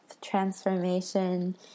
transformation